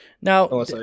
Now